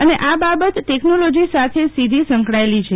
અને આ બાબત ટેકનોલોજી સાથે સીધી સંકડાયેલી છે